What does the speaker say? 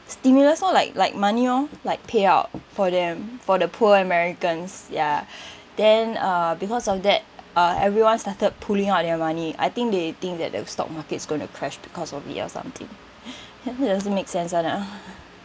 stimulus all like like money hor like payout for them for the poor americans ya then uh because of that uh everyone started pulling out their money I think they think that the stock market's going to crash because of it or something it doesn't make sense [one] ah